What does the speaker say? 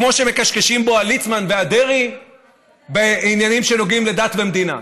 כמו שמכשכשים בו הליצמן והדרעי בעניינים שנוגעים לדת ומדינה.